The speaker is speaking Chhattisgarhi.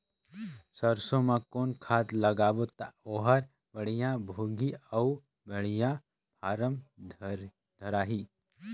सरसो मा कौन खाद लगाबो ता ओहार बेडिया भोगही अउ बेडिया फारम धारही?